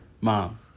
Mom